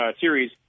series